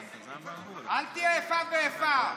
אל תהיה איפה ואיפה.